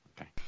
Okay